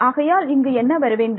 ஆகையால் இங்கு என்ன வரவேண்டும்